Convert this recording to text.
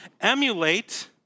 emulate